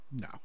no